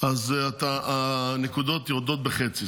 אז הנקודות יורדות בחצי.